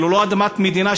אפילו לא אדמת מדינה,